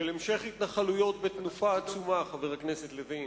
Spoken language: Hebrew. של המשך התנחלויות בתנופה עצומה, חבר הכנסת לוין,